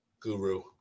guru